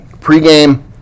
Pre-game